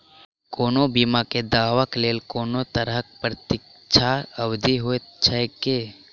कोनो बीमा केँ दावाक लेल कोनों तरहक प्रतीक्षा अवधि होइत छैक की?